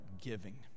giving